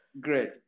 Great